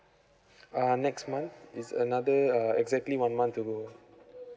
err next month it's another uh exactly one month to deliver